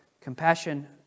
compassion